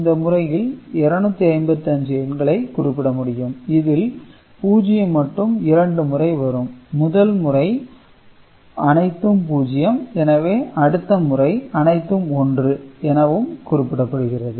இந்த முறையில் 255 எண்களை குறிப்பிட முடியும் இதில் 0 மட்டும் இரண்டு முறை வரும் முதல் முறை 0000 0000 எனவும் அடுத்த முறை 1111 1111 எனவும் குறிக்கப்படுகிறது